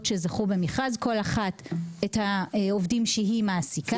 שזכו במכרז; כל אחת עם העובדים שהיא מעסיקה.